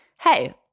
Hey